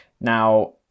Now